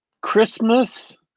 Christmas